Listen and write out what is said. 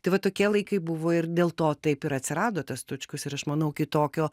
tai va tokie laikai buvo ir dėl to taip ir atsirado tas tučkus ir aš manau kitokio